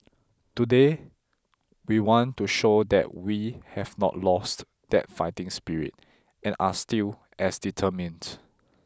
today we want to show that we have not lost that fighting spirit and are still as determined